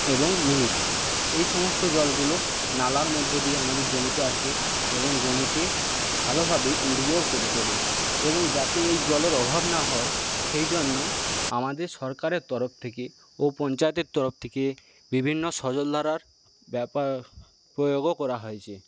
এবং মিনি থেকে এই সমস্ত জলগুলো নালার মধ্য দিয়ে আমাদের জমিতে আসে এবং জমিকে ভালোভাবে উর্বর করে তোলে এবং যাতে এই জলের অভাব না হয় সেইজন্য আমাদের সরকারের তরফ থেকে ও পঞ্চায়েতের তরফ থেকে বিভিন্ন সজলধারার ব্যাপা প্রয়োগও করা হয়েছে